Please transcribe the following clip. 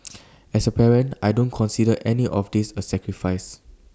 as A parent I don't consider any of this A sacrifice